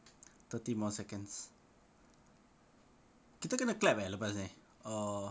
thirty more seconds kita kena clap eh lepas ini or